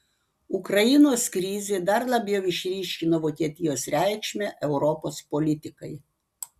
ukrainos krizė dar labiau išryškino vokietijos reikšmę europos politikai